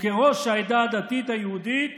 כראש העדה הדתית היהודית